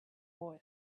boy